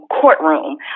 courtroom